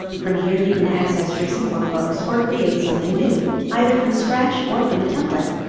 from here you can access recent workbooks, or create something new either from scratch, or from a template.